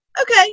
okay